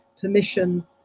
permission